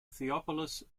theophilus